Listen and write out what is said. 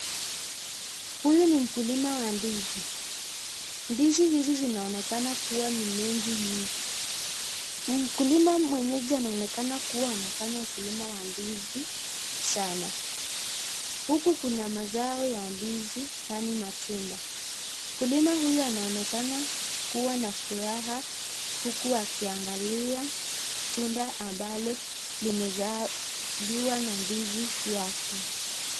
Huyu ni mkulima wa ndizi. Ndizi hizi zinaonekana kuwa ni mengi mno. Mkulima mwenyeji anaonekana kuwa anafanya ukulima wa ndizi sana. Huku kuna mazao ya ndizi yani matunda. Mkulima huyu anaonekana kuwa na furaha huku akiangalia tunda ambalo limezaliwa na ndizi yake.